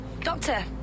Doctor